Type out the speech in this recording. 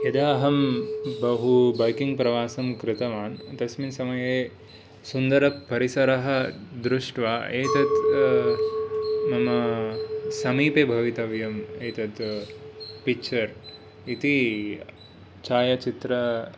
यदा अहं बहु बैकिंग् प्रवासं कृतवान् तस्मिन् समये सुन्दरपरिसरः दृष्टवा एतद् मम समीपे भवितव्यं एतत् पिक्चर् इति छायाचित्रं